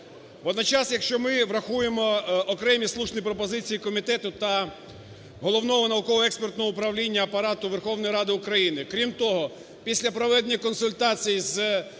водночас, якщо ми врахуємо окремі слушні пропозиції комітету та Головного науково-експертного управління Апарату Верховної Ради України. Крім того, після проведення консультацій із фракцією